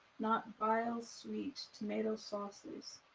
not vile sweet tomato sauces,